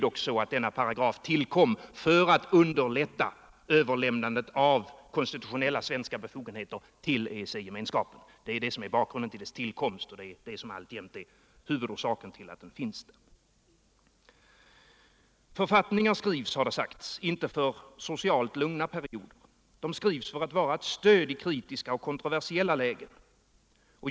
Denna paragraf tillkom för att underlätta överlämnandet av konstitutionella svenska befogenheter till EG-gemenskapen! Och det är alltjämt detta som är huvudorsaken till att den finns. Författningar skrivs, har det sagts, inte för socialt lugna perioder; de skrivs för att vara stöd i kritiska och kontroversiella lägen.